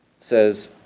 says